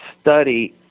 study